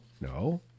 no